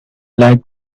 like